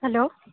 hello